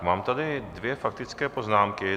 Mám tady dvě faktické poznámky.